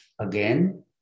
Again